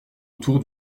autour